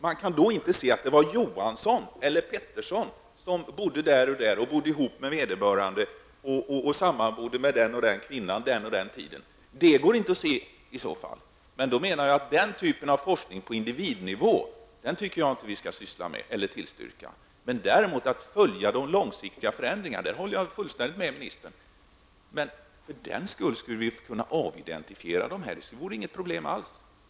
Man kan då inte se att det var Johansson eller Pettersson som bodde här eller där och vem vederbörande bodde ihop med, eller vem som sammanbodde med den eller den kvinnan under den eller den tiden. Jag menar att vi inte skall syssla med eller tillstyrka den typen av forskning på individnivå. Däremot håller jag fullständigt med ministern när det gäller behovet av att följa långsiktiga förändringar. Men för den skull kan vi avidentifiera uppgifterna. Det vore inget problem alls.